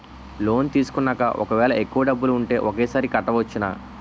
Loan తీసుకున్నాక ఒకవేళ ఎక్కువ డబ్బులు ఉంటే ఒకేసారి కట్టవచ్చున?